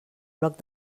bloc